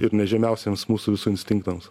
ir ne žymiausiems mūsų visų instinktams